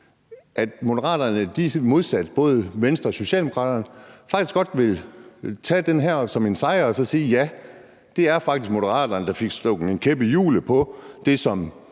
at Moderaterne modsat både Venstre og Socialdemokraterne faktisk godt vil tage det her som en sejr og sige, at ja, det var faktisk Moderaterne, der fik stukket en kæp i hjulet på det, som